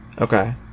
Okay